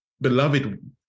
beloved